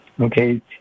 okay